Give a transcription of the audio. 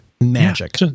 magic